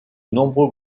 nombreux